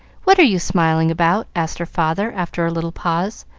what are you smiling about? asked her father, after a little pause,